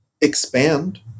expand